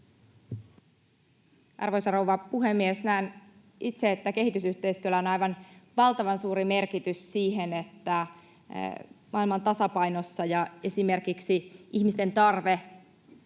Arvoisa rouva puhemies! Näen itse, että kehitysyhteistyöllä on aivan valtavan suuri merkitys siihen, että maailma on tasapainossa ja esimerkiksi ihmisten tarve